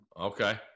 Okay